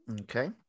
Okay